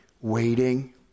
waiting